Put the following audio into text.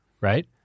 right